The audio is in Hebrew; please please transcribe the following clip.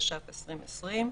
התש"ף-2020,